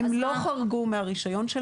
הם לא חרגו מהרישיון שלהם.